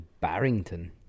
Barrington